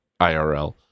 IRL